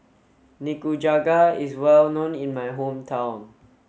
Nikujaga is well known in my hometown